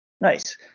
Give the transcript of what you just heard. Nice